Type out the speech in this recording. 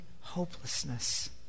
hopelessness